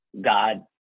god